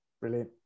brilliant